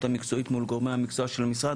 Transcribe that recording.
המקצועית מול גורמי המקצוע של המשרד,